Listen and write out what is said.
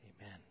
Amen